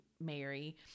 mary